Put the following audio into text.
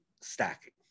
stacking